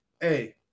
hey